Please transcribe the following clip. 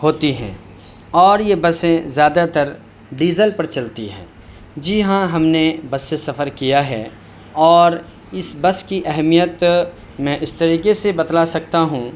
ہوتی ہیں اور یہ بسیں زیادہ تر ڈیزل پر چلتی ہیں جی ہاں ہم نے بس سے سفر کیا ہے اور اس بس کی اہمیت میں اس طریقے سے بتلا سکتا ہوں